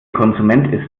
konsument